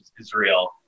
israel